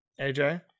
AJ